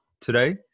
today